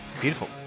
Beautiful